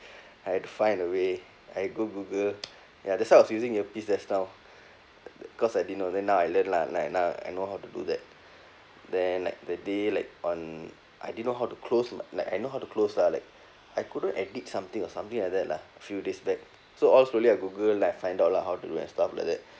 I had to find a way I go google ya that's why I was using earpiece just now cause I didn't know then now I learn lah like now I know how to do that then like the day like on I didn't know how to close like like I know how to close lah like I couldn't edit something or something like that lah few days back so all slowly I google like I find out lah how to do and stuff like that